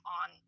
on